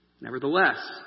Nevertheless